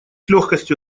легкостью